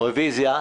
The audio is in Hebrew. רוויזיה.